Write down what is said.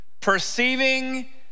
perceiving